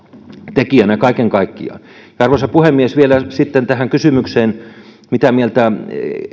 tekijänä kaiken kaikkiaan arvoisa puhemies vielä sitten tähän kysymykseen mitä mieltä